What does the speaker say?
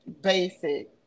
basic